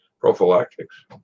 Prophylactics